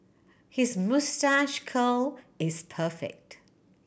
his moustache curl is perfect